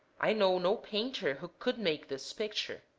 i know no painter who could make this picture.